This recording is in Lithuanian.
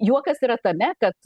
juokas yra tame kad